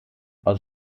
aus